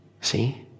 See